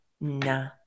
nah